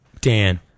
Dan